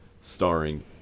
Starring